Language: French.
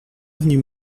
avenue